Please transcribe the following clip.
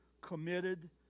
committed